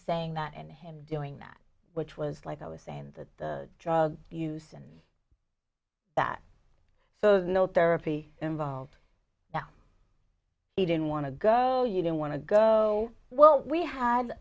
saying that and him doing that which was like i was saying that the drug use and that no therapy involved now he didn't want to go you don't want to go well we had